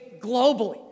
globally